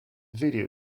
video